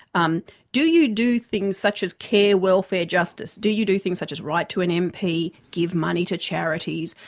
um do you do things such as care, welfare, justice? do you do things such as write to an mp, give money to charities?